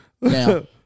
now